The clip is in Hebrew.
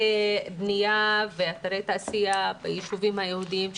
בנייה ובאתרי תעשייה בישובים היהודיים.